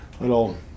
little